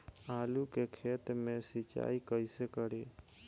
आलू के खेत मे सिचाई कइसे करीं?